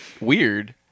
weird